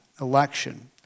election